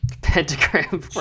Pentagram